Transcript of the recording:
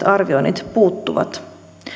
arvioinnit puuttuvat